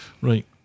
Right